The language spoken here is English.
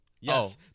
Yes